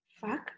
Fuck